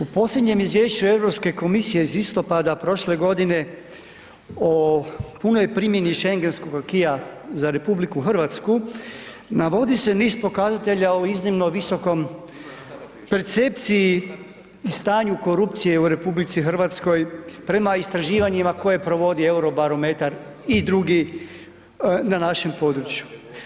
U posljednjem izvješću Europske komisije iz listopada prošle godine o punoj primjeni Schengenskog acquis-a za RH navodi se niz pokazatelja o iznimno visokom percepciji i stanju korupcije u RH prema istraživanjima koje provodi Eurobarometar i drugi na našem području.